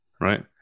right